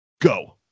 Go